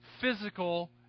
physical